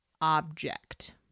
object